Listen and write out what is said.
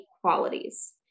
qualities